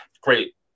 great